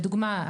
לדוגמה,